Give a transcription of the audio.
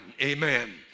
Amen